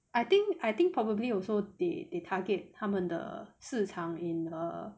I think I think probably also they they target 他们的市场 in err